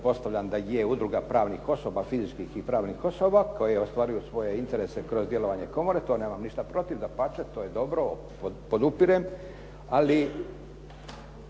pretpostavljam da je udruga pravnih osoba, fizičkih i pravnih osoba koje ostvaruju svoje interese kroz djelovanje komore. To nemam ništa protiv, dapače to je dobro, podupirem. Ali